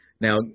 Now